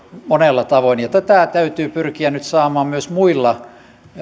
monella tavoin täytyy pyrkiä nyt saamaan myös muilla